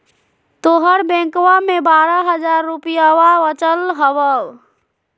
तोहर बैंकवा मे बारह हज़ार रूपयवा वचल हवब